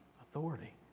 authority